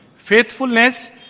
Faithfulness